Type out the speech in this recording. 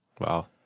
Wow